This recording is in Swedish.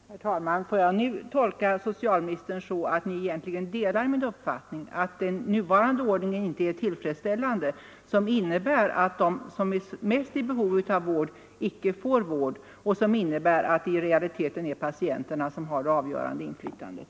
Herr talman! Får jag nu tolka socialministern så att Ni egentligen delar min uppfattning att den nuvarande ordningen inte är tillfredsställande — den som innebär att de som är mest i behov av vård icke får värd och att det i realiteten är patienterna som har det avgörande inflytandet?